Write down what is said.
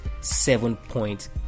seven-point